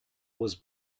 was